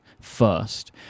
first